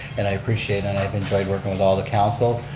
and i appreciate and i've enjoyed working with all the council,